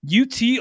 UT